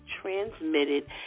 transmitted